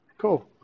cool